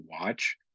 watch